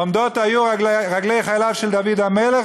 עומדות היו רגלי חייליו של דוד המלך